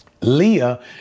Leah